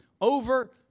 over